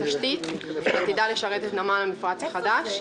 תשתית שעתידה לשרת את נמל המפרץ החדש,